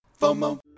FOMO